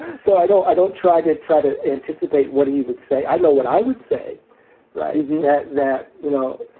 so i know i don't try to try to anticipate what he would say. i know what i would say right. that that, you know,